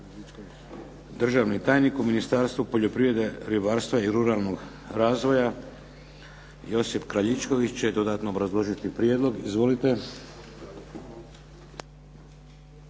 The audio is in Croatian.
Državni tajnik u Ministarstvu poljoprivredi, ribarstva i ruralnog razvoja Josip Kraljičković će dodatno obrazložiti prijedlog. Izvolite.